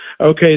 okay